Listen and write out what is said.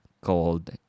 called